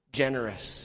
generous